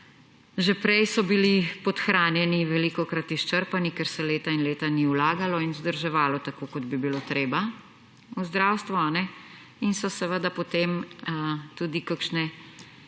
Že prej so bili podhranjeni, velikokrat izčrpani, ker se leta in leta ni vlagalo in vzdrževalo tako, kot bi bilo treba v zdravstvu. In so seveda potem tudi kakšni